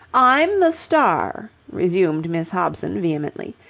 i'm the star, resumed miss hobson, vehemently,